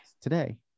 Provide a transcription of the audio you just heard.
today